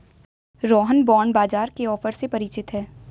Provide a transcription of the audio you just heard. Rohan bond बाजार के offer से परिचित है